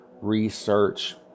research